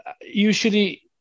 Usually